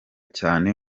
cyane